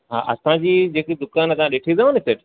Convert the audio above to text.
हा असांजी जेकी दुकानु आहे तव्हां ॾिठी अथव नि सेठ